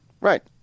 Right